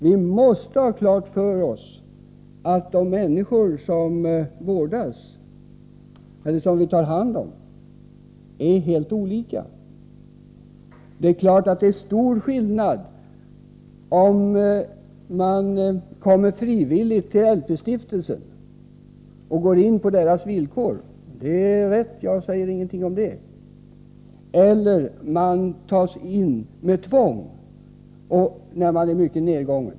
Vi måste ha klart för oss att de människor som vårdas eller som vi tar hand om är helt olika. Det är riktigt att det är stor skillnad mellan en människa som kommer frivilligt till LP-stiftelsen och går in på dess villkor och en som tas in med tvång och som är mycket nedgången.